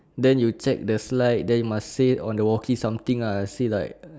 then you check the slide then you must say on the walkie something lah say like